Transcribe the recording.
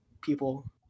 people